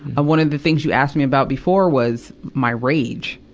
and one of the things you asked me about before was my rage,